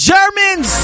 Germans